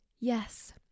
Yes